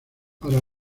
para